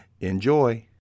Enjoy